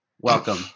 Welcome